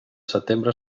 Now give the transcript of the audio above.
setembre